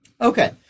Okay